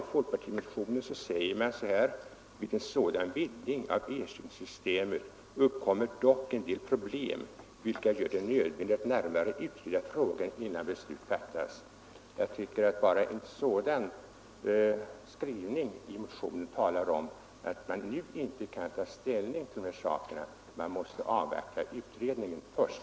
I folkpartimotionen säger man exempelvis så här: ”Vid en sådan vidgning av ersättningssystemet uppkommer dock en del problem, vilket gör det nödvändigt att närmare utreda frågan innan beslut fattas.” Jag tycker att bara en sådan skrivning i motionen talar för att man nu inte kan ta ställning till de här sakerna. Man måste avvakta utredningen först.